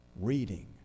reading